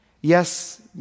Yes